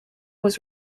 was